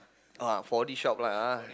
oh uh four D shop lah ah